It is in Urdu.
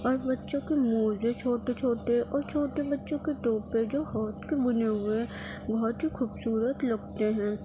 اور بچوں کے موزے چھوٹے چھوٹے اور چھوٹے بچوں کے ٹوپے جو ہاتھ کے بنے ہوئے ہیں بہت ہی خوبصورت لگتے ہیں